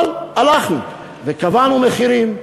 אבל הלכנו וקבענו מחירים,